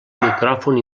micròfon